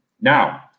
now